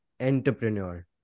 entrepreneur